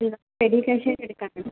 ഇത് ready cash ആയിട്ട് എടുക്കാൻ ആണ്